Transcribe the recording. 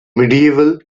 medieval